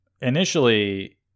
Initially